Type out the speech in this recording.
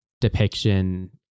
depiction